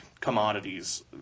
commodities